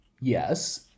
yes